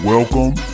Welcome